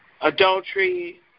adultery